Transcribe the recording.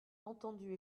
entendu